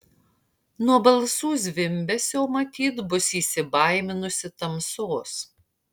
nuo balsų zvimbesio matyt bus įsibaiminusi tamsos